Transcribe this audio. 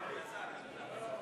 אלעזר שטרן.